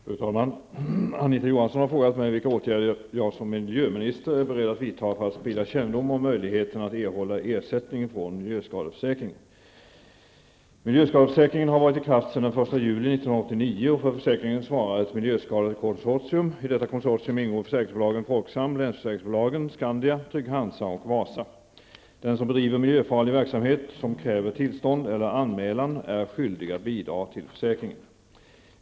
Fru talman! Anita Johansson har frågat mig vilka åtgärder jag som miljöminister är beredd att vidta för att sprida kännedom om möjligheten att erhålla ersättning från miljöskadeförsäkringen. Miljöskadeförsäkringen har varit i kraft sedan den 1 juli 1989. För försäkringen svarar ett miljöskadekonsortium. I detta konsortium ingår försäkringsbolagen Folksam, Länsförsäkringsbolagen, Skandia, Trygg-Hansa och Wasa. Den som bedriver miljöfarlig verksamhet som kräver tillstånd eller anmälan är skyldig att bidra till försäkringen.